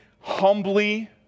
humbly